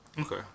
Okay